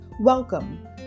Welcome